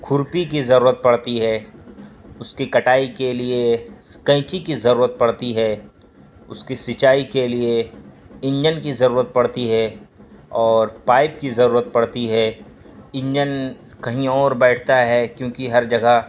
کھرپی کی ضرورت پڑتی ہے اس کی کٹائی کے لیے قینچی کی ضرورت پڑتی ہے اس کی سنچائی کے لیے انجن کی ضرورت پڑتی ہے اور پائپ کی ضرورت پڑتی ہے انجن کہیں اور بیٹھتا ہے کیونکہ ہر جگہ